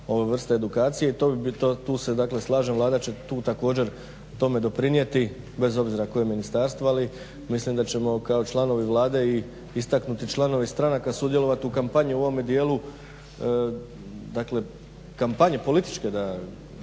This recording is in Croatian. ove vrste edukacije. I to bi, tu se dakle slažem Vlada će tu također tome doprinijeti, bez obzira koje ministarstvo ali mislim da ćemo kako članovi Vlade i istaknuti članovi stranaka sudjelovati u kampanji u ovom dijelu, dakle kampanje političke da